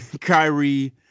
Kyrie